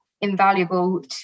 invaluable